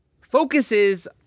focuses